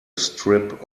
strip